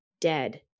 dead